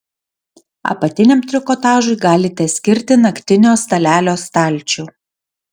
apatiniam trikotažui galite skirti naktinio stalelio stalčių